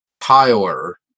Tyler